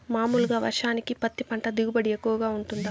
మామూలుగా వర్షానికి పత్తి పంట దిగుబడి ఎక్కువగా గా వుంటుందా?